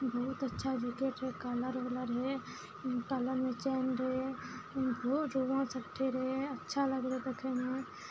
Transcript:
बहुत अच्छा जैकेट रहै कालर वाला कालरमे चैन रहै रोग सट्ठी रहै अच्छा लगले देखयमे